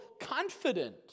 confident